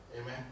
Amen